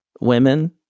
women